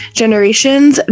generations